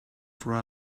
for